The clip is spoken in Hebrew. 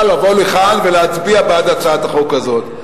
לבוא לכאן ולהצביע בעד הצעת החוק הזאת.